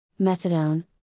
Methadone